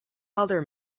other